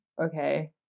okay